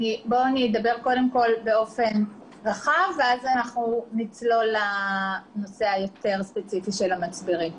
אני אדבר קודם כל באופן רחב ואז נצלול לנושא היותר ספציפי של המצברים.